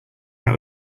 out